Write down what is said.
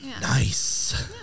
Nice